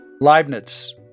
Leibniz